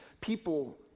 people